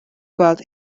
gweld